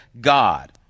God